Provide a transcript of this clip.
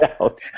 out